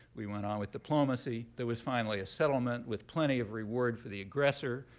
we went on with diplomacy. there was finally a settlement with plenty of reward for the aggressor,